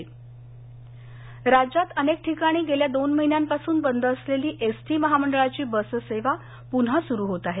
ST लातर राज्यात अनेक ठिकाणी गेल्या दोन महिन्यापासून बंद असलेली एस टी महामंडळाची बस सेवा पुन्हा सुरु होत आहे